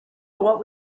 what